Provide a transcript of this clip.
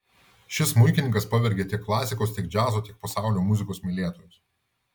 šis smuikininkas pavergia tiek klasikos tiek džiazo tiek pasaulio muzikos mylėtojus